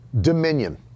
dominion